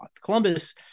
Columbus